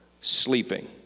sleeping